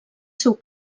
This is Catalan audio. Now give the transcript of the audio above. seu